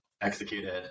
executed